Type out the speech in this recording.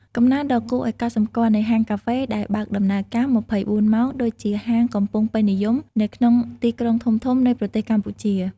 កំណើនដ៏គួរឲ្យកត់សម្គាល់នៃហាងកាហ្វេដែលបើកដំណើរការ ២៤ ម៉ោង ដូចជាហាង កំពុងពេញនិយមនៅក្នុងទីក្រុងធំៗនៃប្រទេសកម្ពុជា។